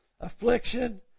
Affliction